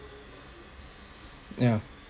ya